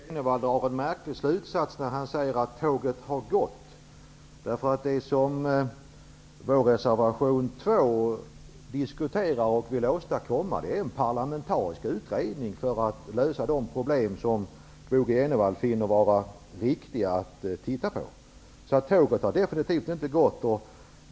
Herr talman! Jag tycker att Bo G Jenevall drar en märklig slutsats när han säger att tåget har gått. I vår reservation nr 2 diskuterar vi och vill åstadkomma en parlamentarisk utredning för att lösa de problem som Bo G Jenevall finner det vara riktigt att titta på. Tåget har definitivt inte gått.